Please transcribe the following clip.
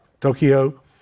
Tokyo